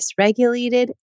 dysregulated